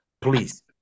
please